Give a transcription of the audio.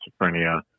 schizophrenia